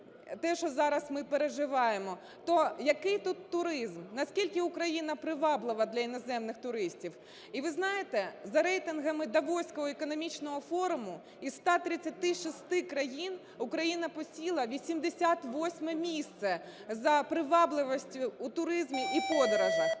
те, що зараз ми переживаємо. То який тут туризм? Наскільки Україна приваблива для іноземних туристів? І ви знаєте, за рейтингами давоського економічного форуму із 136 країн Україна посіла 88 місце за привабливістю у туризмі і подорожах.